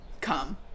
come